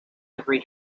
every